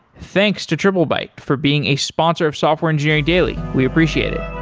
thanks to triplebyte for being a sponsor of software engineering daily. we appreciate it